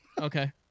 okay